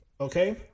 Okay